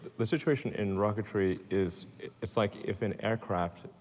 the situation in rocketry is it's like if an aircraft,